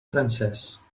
francès